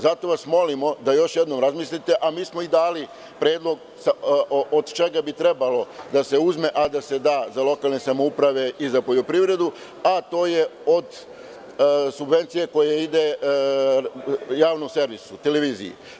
Zato vas molimo da još jednom razmislite, a mi smo i dali predlog od čega bi trebalo da se uzme, a da se da za lokalne samouprave i za poljoprivredu, a to je od subvencija koja ide javnom servisu, televiziji.